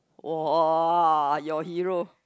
!woah! your hero